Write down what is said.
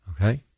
Okay